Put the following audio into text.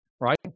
right